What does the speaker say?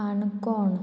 Canacona